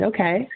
Okay